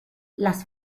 las